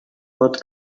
what